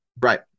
Right